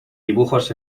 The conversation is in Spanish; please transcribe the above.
dibujos